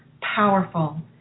powerful